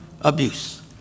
abuse